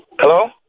Hello